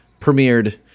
premiered